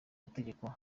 mategeko